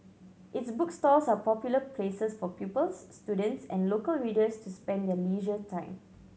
its bookstores are popular places for pupils students and local readers to spend their leisure time